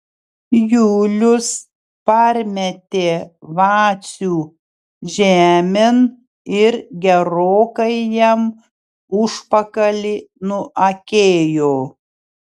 julius parmetė vacių žemėn ir gerokai jam užpakalį nuakėjo